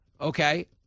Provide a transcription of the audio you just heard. Okay